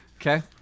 Okay